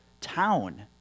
town